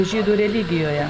žydų religijoje